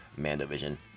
Mandovision